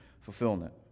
fulfillment